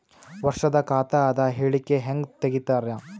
ವರ್ಷದ ಖಾತ ಅದ ಹೇಳಿಕಿ ಹೆಂಗ ತೆಗಿತಾರ?